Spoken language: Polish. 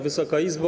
Wysoka Izbo!